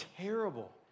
terrible